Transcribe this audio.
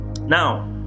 Now